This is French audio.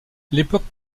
l’époque